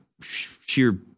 sheer